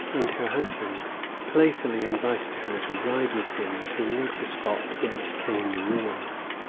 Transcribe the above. and her husband playfully invited her to ride with him toward the spot whence came the roars.